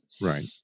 Right